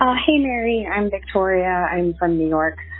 um oh, hey, larry i'm victoria. i'm from new york.